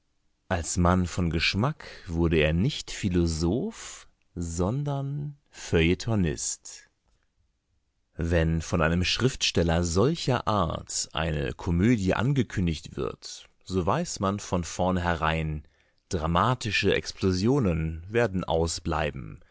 als mann von geschmack wurde er nicht philosoph sondern feuilletonist wenn von einem schriftsteller solcher art eine komödie angekündigt wird so weiß man von vornherein dramatische explosionen werden ausbleiben